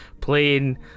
playing